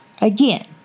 Again